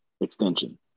extension